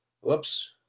Whoops